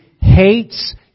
hates